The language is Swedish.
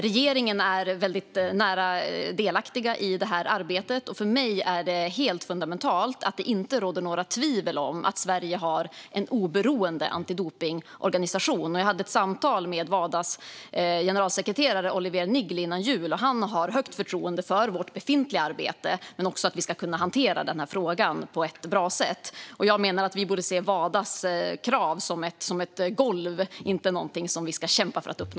Regeringen är väldigt delaktig i detta arbete, och för mig är det helt fundamentalt att det inte ska råda några tvivel om att Sverige har en oberoende antidopningsorganisation. Jag hade ett samtal med Wadas generalsekreterare Olivier Niggli före jul, och han har stort förtroende för vårt befintliga arbete och för att vi ska kunna hantera frågan på ett bra sätt. Jag menar också att vi borde se Wadas krav som ett golv, inte som något vi ska kämpa för att uppnå.